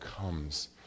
comes